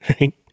right